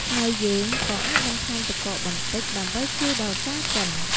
ហើយយើងក៏អាចបន្ថែមទឹកកកបន្តិច ដើម្បីជួយដល់ការកិន។